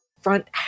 front